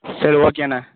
சரி ஓகேண்ண